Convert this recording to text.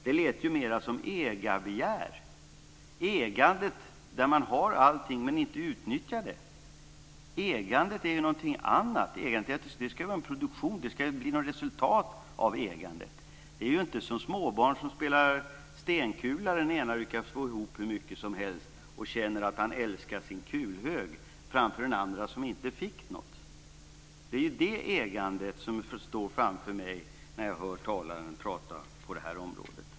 Det lät mer som ett ägarbegär, ägandet där man har allting men inte utnyttjar det. Ägandet är någonting annat. Ägandet ska innebära en produktion. Det ska bli något resultat av ägandet. Det är inte som småbarn som spelar med stenkulor och den ena lyckas få ihop hur mycket som helst och känner att han älskar sin kulhög, framför den andra som inte fick något. Det är det ägandet som står framför mig när jag hör talaren prata på detta område.